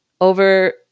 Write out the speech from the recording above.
over